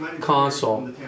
console